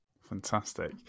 Fantastic